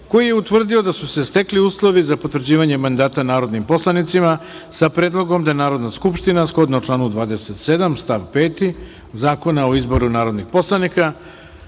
koji je utvrdio da su se stekli uslovi za potvrđivanje mandata narodnim poslanicima, sa predlogom da Narodna skupština, shodno članu 27. stav 5. Zakona o izboru narodnih poslanika,